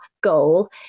goal